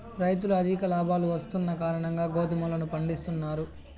రైతులు అధిక లాభాలు వస్తున్న కారణంగా గోధుమలను పండిత్తున్నారు